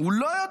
הוא לא ידע, נו.